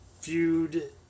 feud